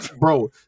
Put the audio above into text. bro